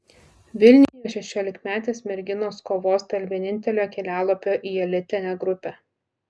vilniuje šešiolikmetės merginos kovos dėl vienintelio kelialapio į elitinę grupę